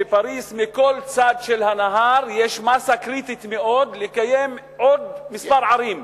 בפריס בכל צד של הנהר יש מאסה קריטית מאוד לקיים עוד כמה ערים.